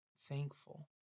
thankful